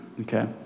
okay